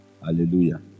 hallelujah